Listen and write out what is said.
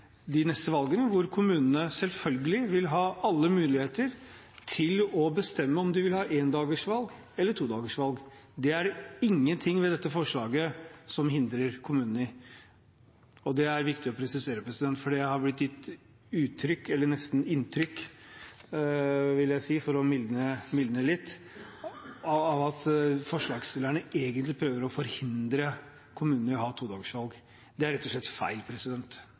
de neste valgene, hvor kommunene selvfølgelig vil ha alle muligheter til å bestemme om de vil ha endagsvalg eller todagersvalg. Det er ingenting ved dette forslaget som hindrer kommunene i å gjøre det. Det er det viktig å presisere, for det har nesten blitt gitt inntrykk av – vil jeg si – at forslagsstillerne egentlig prøver å forhindre kommunene i å ha todagersvalg. Det er rett og slett feil.